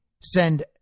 send